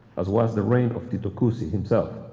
as well as the reign of titu cuzi himself.